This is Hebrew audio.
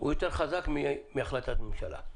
יותר חזק מהחלטת ממשלה.